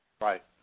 Right